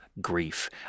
grief